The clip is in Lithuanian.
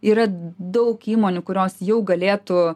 yra daug įmonių kurios jau galėtų